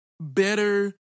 better